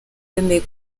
bemeye